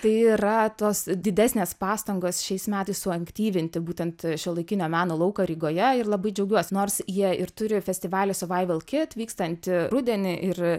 tai yra tos didesnės pastangos šiais metais suaktyvinti būtent šiuolaikinio meno lauką rygoje ir labai džiaugiuosi nors jie ir turi festivalį su vaivel kit vykstantį rudenį ir